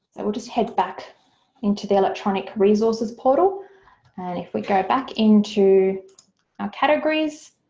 and we'll just head back into the electronic resources portal and if we go back into our categories,